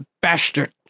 bastard